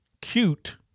cute